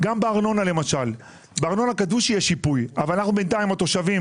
אדוני היושב ראש, היו תושבים